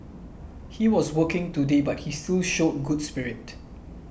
he was working today but he still showed good spirit